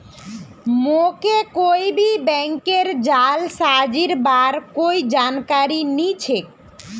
मोके कोई भी बैंकेर जालसाजीर बार कोई जानकारी नइ छेक